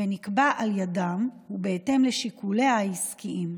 ונקבע על ידן ובהתאם לשיקוליהן העסקיים.